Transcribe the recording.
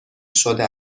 شده